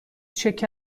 شکر